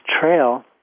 trail